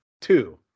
two